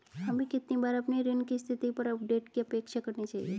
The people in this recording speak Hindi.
हमें कितनी बार अपने ऋण की स्थिति पर अपडेट की अपेक्षा करनी चाहिए?